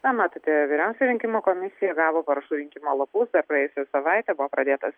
na matote vyriausioji rinkimų komisija gavo parašų rinkimo lapus dar praėjusią savaitę buvo pradėtas